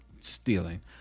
stealing